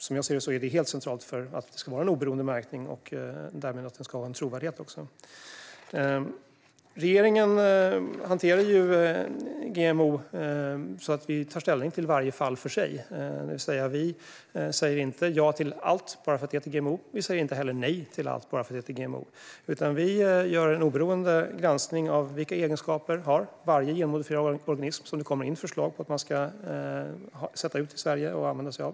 Som jag ser det är det helt centralt för att det ska vara en oberoende märkning och därmed också för att den ska ha en trovärdighet. Regeringen hanterar GMO på ett sådant sätt att vi tar ställning till varje fall för sig. Vi säger inte ja till allt bara för att det heter GMO; vi säger inte heller nej till allt bara för att det heter GMO. Vi gör en oberoende granskning av egenskaperna hos varje genmodifierad organism som det kommer in förslag om att sätta ut i Sverige och som man vill använda sig av.